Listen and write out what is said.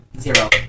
Zero